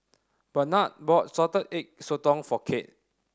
Barnard bought Salted Egg Sotong for Kade